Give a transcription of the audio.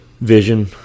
vision